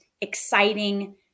exciting